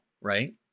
right